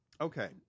Okay